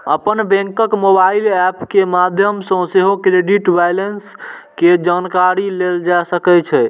अपन बैंकक mobile app के माध्यम सं सेहो क्रेडिट बैंलेंस के जानकारी लेल जा सकै छै